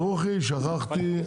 ברוכי שכחתי,